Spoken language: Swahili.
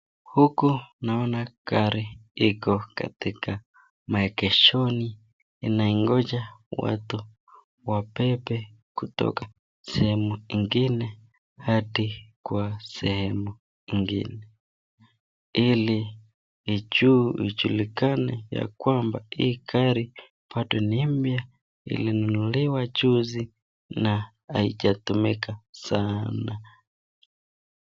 Huku naona gari iko katika maegeshoni inangonja watu wabebe kutoka sehemu ingine hadi sehemu ingine. Ili ijulikane ya kwamba hili gari ni mpya ilinunuliwa juzi na haijatumika sana.